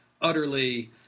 utterly